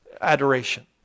adoration